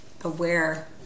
aware